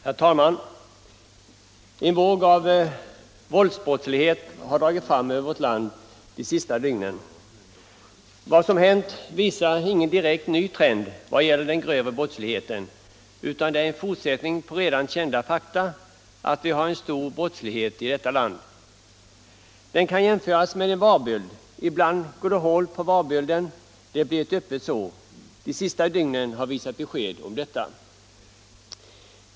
Herr talman! En våg av våldsbrottslighet har dragit fram över vårt land de senaste dygnen. Vad som hänt visar ingen direkt ny trend i vad gäller den grövre brottsligheten, utan det är en fortsättning på ett redan känt faktum — att vi har en stor brottslighet i detta land. Den kan jämföras med en varböld. Ibland går det hål på varbölden — det blir ett öppet sår. De senaste dygnen har visat besked om detta.